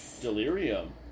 Delirium